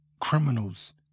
criminals